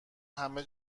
همه